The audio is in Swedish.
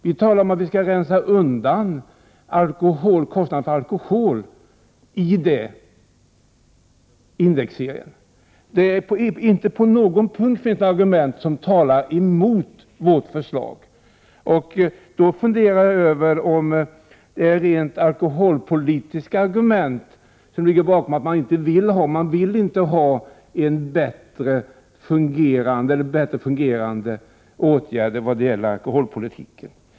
Vi talar om att rensa undan kostnaden för alkohol i indexserien. Inte på någon punkt finns argument som talar emot vårt förslag. Jag funderar över om det kan ligga rent alkoholpolitiska argument bakom. Man kanske inte vill ha bättre fungerande åtgärder vad gäller alkoholpolitiken.